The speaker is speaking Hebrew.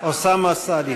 אוסאמה סעדי.